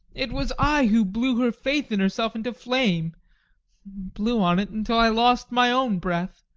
it was i who blew her faith in herself into flame blew on it until i lost my own breath.